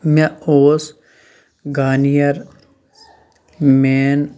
مےٚ اوس گارنیر مٮ۪ن